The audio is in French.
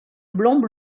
blanc